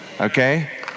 Okay